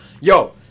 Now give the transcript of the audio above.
yo